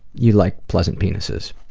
you like pleasant penises.